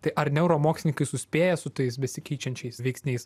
tai ar neuromokslininkai suspėja su tais besikeičiančiais veiksniais